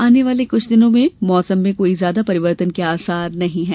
आने वाले कुछ दिनों में भी मौसम में ज्यादा परिवर्तन के आसार नहीं है